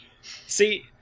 see